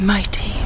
Mighty